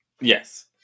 Yes